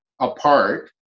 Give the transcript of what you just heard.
apart